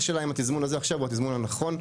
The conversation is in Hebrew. רק השאלה אם התזמון הזה עכשיו הוא התזמנון הנכון.